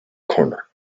corner